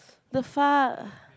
the fuck